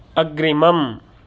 अग्रिमम्